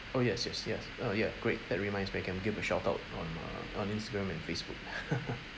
oh yes yes yes uh yeah great that reminds me I can give a shout out on uh on Instagram and Facebook